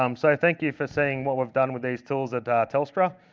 um so thank you for seeing what we've done with these tools at telstra.